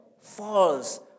falls